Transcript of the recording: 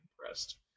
impressed